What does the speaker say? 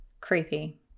Creepy